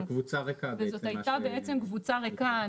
זו הייתה בעצם קבוצה ריקה.